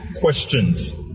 questions